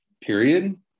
period